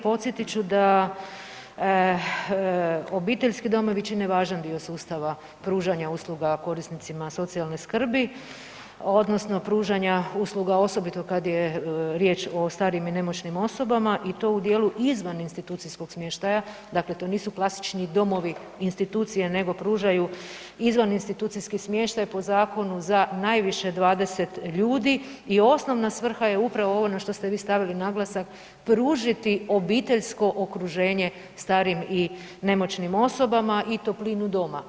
Podsjetit ću da obiteljski domovi čine važan dio sustava pružanja usluga korisnicima socijalne skrbi odnosno pružanja usluga osobito kad je riječ o starijim i nemoćnim osobama i to u dijelu izvan institucijskog smještaja, dakle to nisu klasični domovi institucije, nego pružaju izvan institucijski smještaj po zakonu za najviše 20 ljudi i osnovna svrha je upravo ovo na što ste vi stavili naglasak, pružiti obiteljsko okruženje starijim i nemoćnim osobama i toplinu doma.